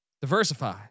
diversify